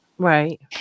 Right